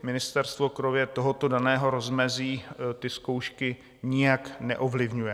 Ministerstvo kromě tohoto daného rozmezí ty zkoušky nijak neovlivňuje.